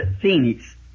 Phoenix